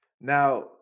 Now